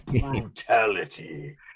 Brutality